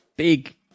Big